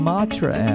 Matra